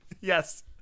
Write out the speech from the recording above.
Yes